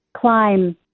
climb